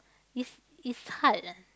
is is hard ah